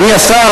אני השר,